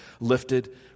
lifted